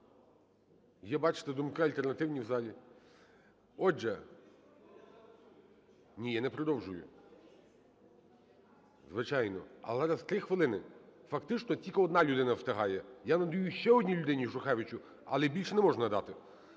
Є, бачите, думки альтернативні в залі. Отже, ні, я не продовжую, звичайно. Але за 3 хвилини фактично тільки одна людина встигає. Я надаю ще одній людині Шухевичу, але більше не можу надати.